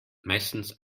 meistens